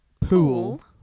pool